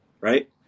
right